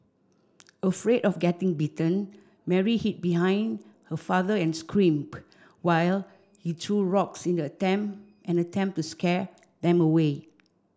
afraid of getting bitten Mary hid behind her father and screamed while he threw rocks in an attempt and attempt to scare them away